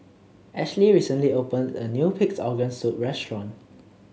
Ashlie recently opened a new Pig's Organ Soup restaurant